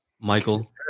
Michael